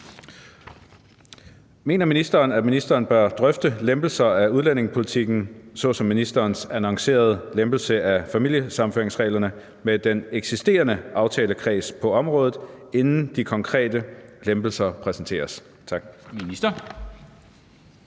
Mener ministeren, at ministeren bør drøfte lempelser af udlændingepolitikken såsom ministerens annoncerede lempelse af familiesammenføringsreglerne med den eksisterende aftalekreds på området, inden de konkrete lempelser præsenteres?